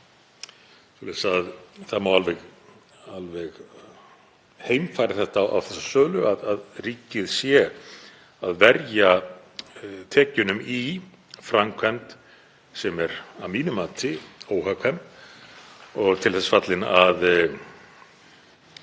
það má alveg heimfæra þetta á þessa sölu, að ríkið sé að verja tekjunum í framkvæmd sem er að mínu mati óhagkvæm og til þess fallin að